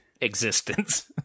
existence